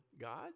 God